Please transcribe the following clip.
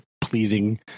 pleasing